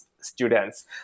students